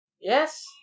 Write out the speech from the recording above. yes